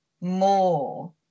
more